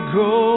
go